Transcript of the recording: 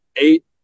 eight